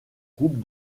groupe